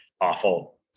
awful